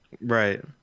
right